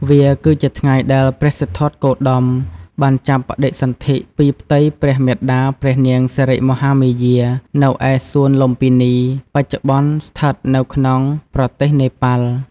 វាគឺជាថ្ងៃដែល ព្រះសិទ្ធត្ថគោតម បានចាប់បដិសន្ធិពីផ្ទៃព្រះមាតាព្រះនាងសិរិមហាមាយា នៅឯ សួនលុម្ពិនី បច្ចុប្បន្នស្ថិតនៅក្នុងប្រទេសនេប៉ាល់។